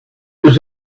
was